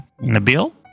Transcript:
Nabil